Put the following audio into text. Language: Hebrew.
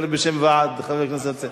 ועד חברי הכנסת המציעים,